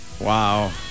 Wow